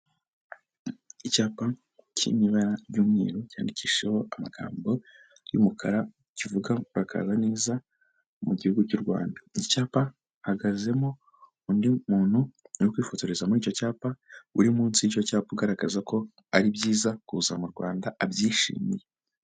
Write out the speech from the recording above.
Icyapa cy'ibara ry'umweru yandikishijeho amagambo y'umukara kivuga ngo murakaza kaza neza mu gihugu cy'u Rwanda, icyapa hahagazemo undi muntu uri kwifotoreza muri icyo cyapa uri munsi y'icyapa ugaragaza ko ari byiza kuza mu Rwanda abyishimiye.